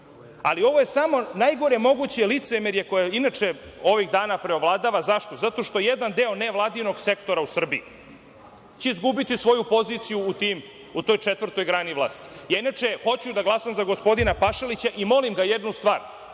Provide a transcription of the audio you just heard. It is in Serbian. Ovo je najgore moguće licemerje koje inače ovih dana preovladava. Zašto? Zato što jedan deo nevladinog sektora u Srbiji će izgubiti svoju poziciju u toj četvrtoj grani vlasti. Ja inače hoću da glasam za gospodina Pašalića i molim ga jednu stvar,